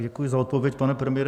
Děkuji za odpověď, pane premiére.